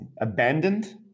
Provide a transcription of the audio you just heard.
abandoned